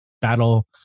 battle